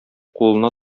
кулына